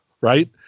right